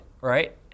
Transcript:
Right